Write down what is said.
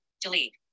Delete